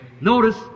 Notice